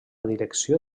direcció